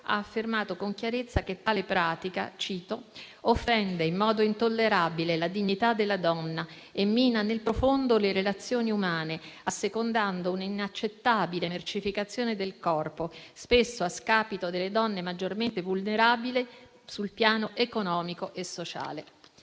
ha affermato con chiarezza che tale pratica: «[...] offende in modo intollerabile la dignità della donna e mina nel profondo le relazioni umane, assecondando un'inaccettabile mercificazione del corpo, spesso a scapito delle donne maggiormente vulnerabili sul piano economico e sociale.».